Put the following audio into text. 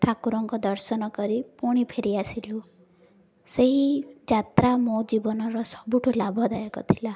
ଠାକୁରଙ୍କ ଦର୍ଶନ କରି ପୁଣି ଫେରି ଆସିଲୁ ସେହି ଯାତ୍ରା ମୋ ଜୀବନର ସବୁଠୁ ଲାଭଦାୟକ ଥିଲା